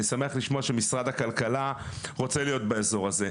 אני שמח לשמוע שמשרד הכלכלה רוצה להיות באזור הזה.